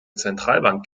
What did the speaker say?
zentralbank